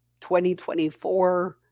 2024